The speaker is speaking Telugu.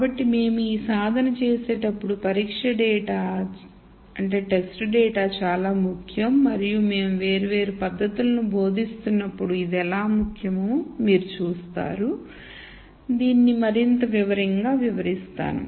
కాబట్టి మేము ఈ సాధన చేసేటప్పుడు పరీక్ష డేటా చాలా ముఖ్యం మరియు మేము వేర్వేరు పద్ధతులను బోధిస్తున్నప్పుడు ఇది ఎలా ముఖ్యమో మీరు చూస్తారు మరియు దీన్ని మరింత వివరంగా వివరిస్తాను